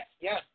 Yes